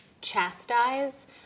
chastise